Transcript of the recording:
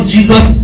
Jesus